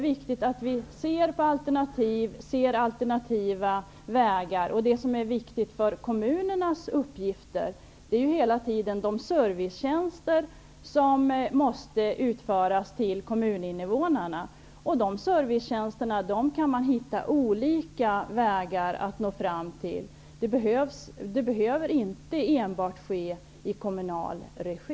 Vi måste se på alternativa vägar. Och det som är viktigt när det gäller kommunernas uppgifter är ju de servicetjänster som hela tiden måste utföras åt kommuninvånarna. Man kan hitta olika vägar att få dessa servicetjänster utförda. Det behöver inte bara ske i kommunal regi.